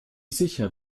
sicher